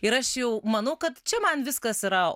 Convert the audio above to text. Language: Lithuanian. ir aš jau manau kad čia man viskas yra